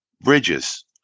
Bridges